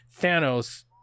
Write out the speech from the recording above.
Thanos